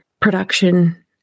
production